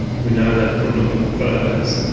we know that from looking at photos.